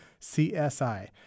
CSI